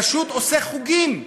פשוט עושה חוגים,